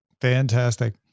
Fantastic